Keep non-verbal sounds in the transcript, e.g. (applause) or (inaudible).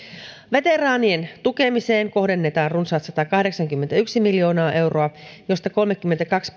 veteraanien tukemiseen kohdennetaan runsaat satakahdeksankymmentäyksi miljoonaa euroa josta kolmekymmentäkaksi (unintelligible)